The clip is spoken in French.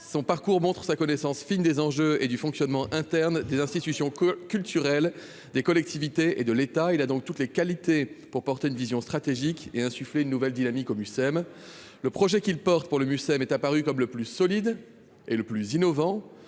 son parcours montre sa connaissance fine des enjeux et du fonctionnement interne des institutions que culturels des collectivités et de l'État, il a donc toutes les qualités pour porter une vision stratégique et insuffler une nouvelle dynamique au Mucem le projet qu'il porte pour le Mucem est apparu comme le plus solide et le plus innovant